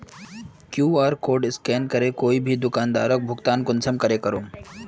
QR code scan करे कोई भी दुकानदारोक भुगतान कुंसम करे करूम?